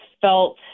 felt